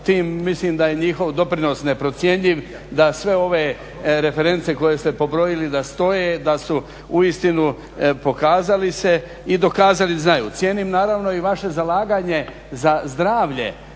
Mislim da je njihov doprinos neprocjenjiv, da sve ove reference koje ste pobrojili da stoje, da su uistinu pokazali se i dokazali da znaju. Cijenim naravno i vaše zalaganje za zdravlje,